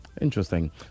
Interesting